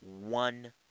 one